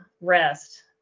rest